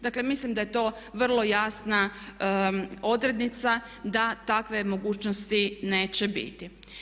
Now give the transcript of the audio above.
Dakle, mislim da je to vrlo jasna odrednica da takve mogućnosti neće biti.